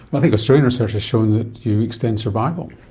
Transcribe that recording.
i think australian research has shown that you extend survival.